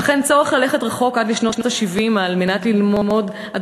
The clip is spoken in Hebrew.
אך אין צורך ללכת רחוק עד לשנות ה-70 על מנת ללמוד עד